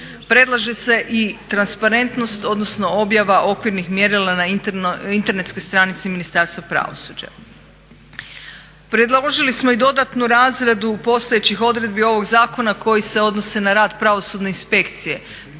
Predlaže se i transparentnost odnosno objava okvirnih mjerila na internetskoj stranici Ministarstva pravosuđa. Predložili smo i dodatnu razradu postojećih odredbi ovog zakona koji se odnose na rad Pravosudne inspekcije